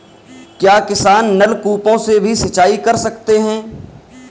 क्या किसान नल कूपों से भी सिंचाई कर सकते हैं?